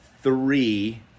three